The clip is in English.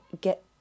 get